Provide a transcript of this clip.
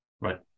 right